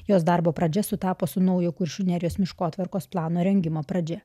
jos darbo pradžia sutapo su naujo kuršių nerijos miškotvarkos plano rengimo pradžia